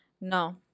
No